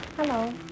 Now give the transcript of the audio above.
Hello